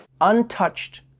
Untouched